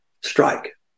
strike